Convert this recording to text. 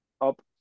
up